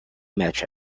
match